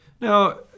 Now